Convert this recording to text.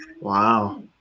Wow